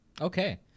Okay